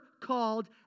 called